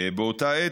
באותה העת,